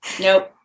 Nope